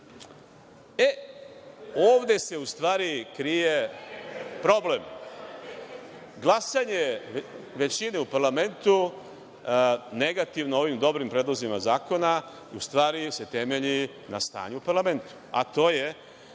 Ovde se u stvari krije problem, glasanje većine u parlamentu, i to negativno, o ovim dobrim predlozima zakona u stvari se temelji na stanju u parlamentu, a to je